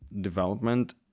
development